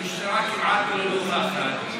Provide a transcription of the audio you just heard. המשטרה כמעט לא נוכחת.